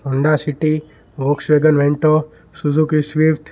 Honda city Volkswagen vento Suzuki swift